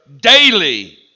daily